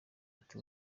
ati